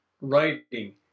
writing